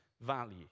value